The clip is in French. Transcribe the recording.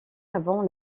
avant